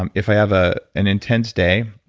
um if i have ah an intense day